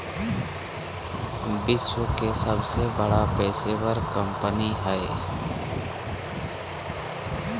विश्व के सबसे बड़ा पेशेवर सेवा कंपनी हइ